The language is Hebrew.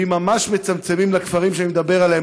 ואם ממש מצמצמים לכפרים שאני מדבר עליהם,